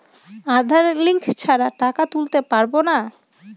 আধার link ছাড়া টাকা তুলতে পারব না?